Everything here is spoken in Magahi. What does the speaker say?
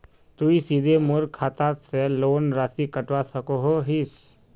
तुई सीधे मोर खाता से लोन राशि कटवा सकोहो हिस?